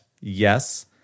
yes